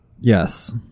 Yes